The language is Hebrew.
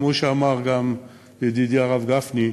כמו שאמר גם ידידי הרב גפני,